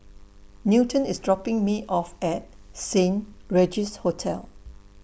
Newton IS dropping Me off At Saint Regis Hotel